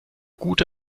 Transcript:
gute